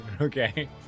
Okay